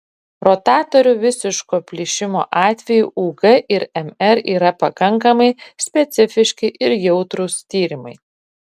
rotatorių visiško plyšimo atveju ug ir mr yra pakankamai specifiški ir jautrūs tyrimai